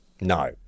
No